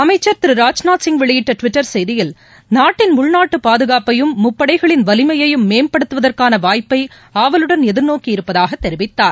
அமைச்சர் திரு ராஜ்நாத் சிங் வெளியிட்ட டுவிட்டர் செய்தியில் நாட்டின் உள்நாட்டு பாதுகாப்பையும் முப்படைகளின் வலிமையையும் மேம்படுத்துவதற்கான வாய்ப்பை ஆவலுடன் எதிர்நோக்கி இருப்பதாகத் தெரிவித்தார்